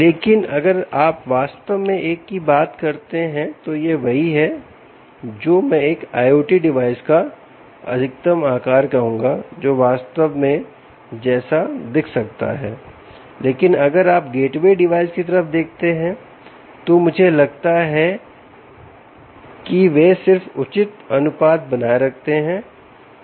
लेकिन अगर आप वास्तव में एक की बात करते हैं तो यह वही है जो मैं एक IoT डिवाइस का अधिकतम आकार कहूँगा जो वास्तव में जैसा दिख सकता है लेकिन अगर आप गेटवे डिवाइस की तरफ देखते हैं तो मुझे लगता है कि वे सिर्फ उचित अनुपात बनाए रखते हैं